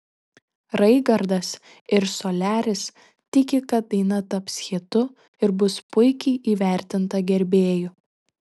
raigardas ir soliaris tiki kad daina taps hitu ir bus puikiai įvertinta gerbėjų